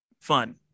fun